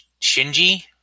Shinji